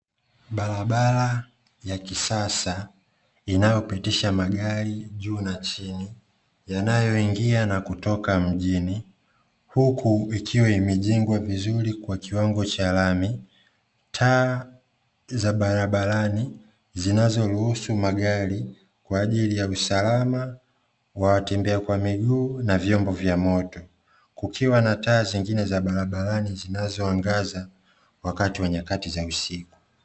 Barabara ya kisasa inayopitisha magari juu na chini, yanayoingia na kutoka mjini, huku ikiwa imejengwa vizuri kwa kiwango cha lami. Taa za barabarani zinazoruhusu magari kwa ajili ya usalama wa watembea kwa miguu, na vyombo vya moto. Kukiwa na taa zingine za barabarani zinazo angaza wakati wa nyakati za usiku.